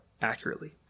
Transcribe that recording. accurately